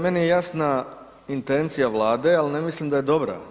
Meni je jasna intencija Vlade, ali ne mislim da je dobra.